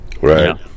Right